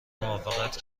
موافقت